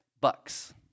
bucks